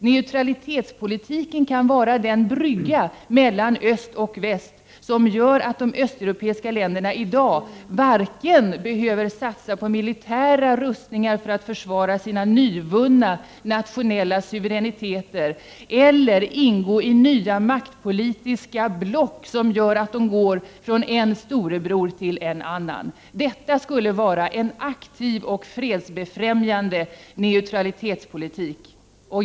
Neutralitetspolitiken kan vara den brygga mellan öst och väst som gör att de östeuropeiska länderna inte behöver vare sig satsa på militära rustningar för att försvara sina nyvunna nationella suveräniteter eller ingå i nya makt politiska block som gör att de går från en storebror till en annan. Detta skulle vara en aktiv och fredsbefrämjande neutralitetspolitik.